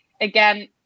again